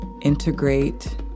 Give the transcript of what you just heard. integrate